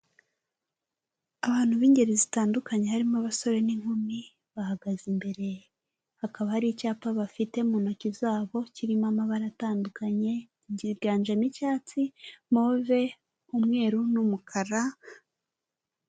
Abantu b'ingeri zitandukanye harimo abasore n'inkumi bahagaze imbere, hakaba hari icyapa bafite mu ntoki zabo kirimo amabara atandukanye byiganjemo icyatsi, move, umweru n'umukara.